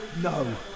No